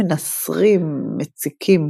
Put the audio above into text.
קולות מנסרים, מציקים.